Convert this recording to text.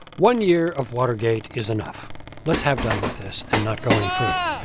one year of watergate is enough let's have done with this and not go any further.